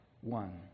one